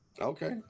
Okay